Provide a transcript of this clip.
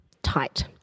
tight